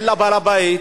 אין לה בעל הבית,